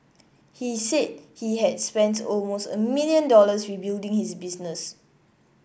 he said he had spent almost a million dollars rebuilding his business